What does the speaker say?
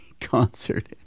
concert